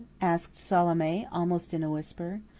asked salome, almost in a whisper.